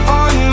on